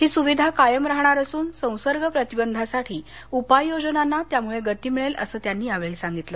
ही सुविधा कायम राहणार असून संसर्ग प्रतिबंधासाठी उपाययोजनांना त्यामुळे गती मिळेल असं त्यांनी यावेळी सांगितलं